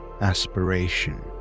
aspiration